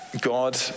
God